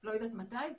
לא יודעת מתי,